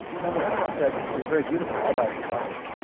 now, the mandelbrot set is very beautiful all by itself.